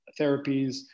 therapies